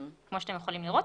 כמו שאתם יכולים לראות.